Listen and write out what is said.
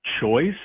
Choice